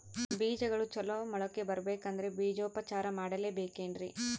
ಬೇಜಗಳು ಚಲೋ ಮೊಳಕೆ ಬರಬೇಕಂದ್ರೆ ಬೇಜೋಪಚಾರ ಮಾಡಲೆಬೇಕೆನ್ರಿ?